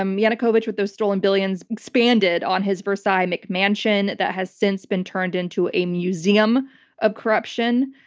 um yanukovych, with those stolen billions, expanded on his versailles mcmansion that has since been turned into a museum of corruption.